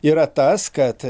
yra tas kad